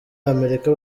amerika